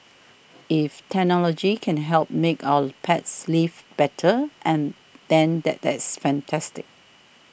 if technology can help make our pets lives better and than that is fantastic